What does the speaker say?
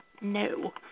No